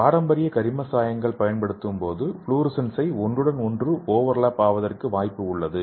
பாரம்பரிய கரிம சாயங்களை பயன்படுத்தப்படும்போது ஃப்ளோரசன்ஸ ஒன்றுடன் ஒன்று ஓவர்லாப் ஆவதற்கு வாய்ப்பு உள்ளது